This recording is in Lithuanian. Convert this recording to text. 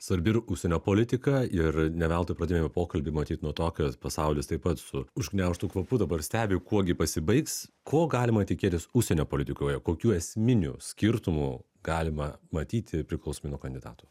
svarbi ir užsienio politika ir ne veltui pradėjome pokalbį matyt nuo to kad pasaulis taip pat su užgniaužtu kvapu dabar stebi kuo gi pasibaigs ko galima tikėtis užsienio politikoje kokių esminių skirtumų galima matyti priklausomai nuo kandidatų